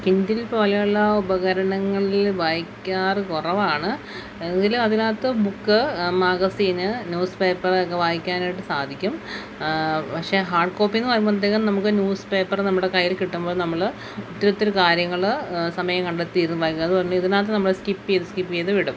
Kindle പോലെയുള്ള ഉപകരണങ്ങളിൽ വായിക്കാറ് കുറവാണ് എങ്കിലും അതിനകത്ത് ബുക്ക് മാഗസീൻ ന്യൂസ്പേപ്പർ ഒക്കെ വായിക്കാനായിട്ടു സാധിക്കും പക്ഷേ ഹാർഡ് കോപ്പിയെന്നു പറയുമ്പോഴത്തേക്കും നമുക്ക് ന്യൂസ് പേപ്പർ നമ്മുടെ കയ്യിൽ കിട്ടുമ്പോൾ നമ്മൾ ഒത്തിരി ഒത്തിരി കാര്യങ്ങൾ സമയം കണ്ടെത്തിയതും വായിക്കും അതുകൊണ്ട് ഇതിനകത്തു സ്കിപ്പ് ചെയ്ത് സ്കിപ്പ് ചെയ്തു വിടും